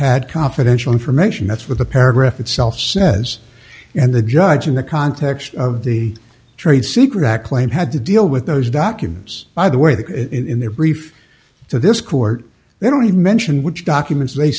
had confidential information that's what the paragraph itself says and the judge in the context of the trade secret act claim had to deal with those documents by the way that in their brief to this court they don't mention which documents they